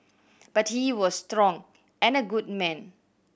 but he was strong and a good man